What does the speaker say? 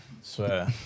Swear